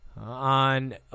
on